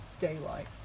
daylight